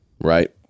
right